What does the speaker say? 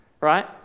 right